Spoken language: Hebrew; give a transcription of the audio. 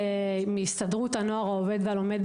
ובאופן ספציפי מהסתדרות הנוער העובד והלומד.